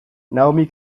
naomi